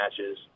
matches